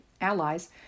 allies